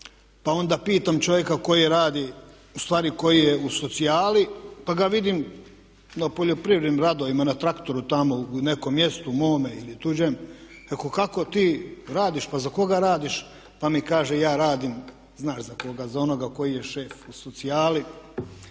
Pa onda pitam čovjeka koji radi, ustvari koji je u socijali pa ga vidim na poljoprivrednim radovima na traktoru tamo u nekom mjestu mome ili tuđem. Rekoh kako ti radiš, pa za koga radiš? Pa mi kaže ja radim znaš za koga za onoga koji je šef u socijali.